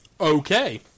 Okay